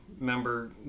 member